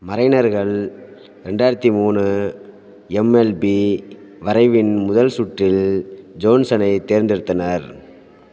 மரைனர்கள் ரெண்டாயிரத்தி மூணு M L B வரைவின் முதல் சுற்றில் ஜோன்சனை தேர்ந்தெடுத்தனர்